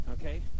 okay